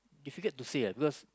difficult to say ah because